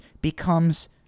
becomes